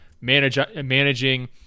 managing